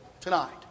tonight